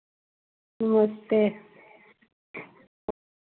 नमस्ते